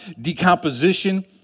decomposition